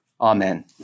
Amen